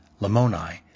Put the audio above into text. Lamoni